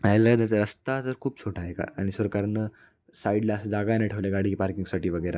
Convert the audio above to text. आयलाय रस्ता तर खूप छोटा आहे का आणि सरकार साईडला असं जागा नाही ठेवले गाडी पार्किंगसाठीवगैरे